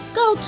go